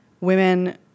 Women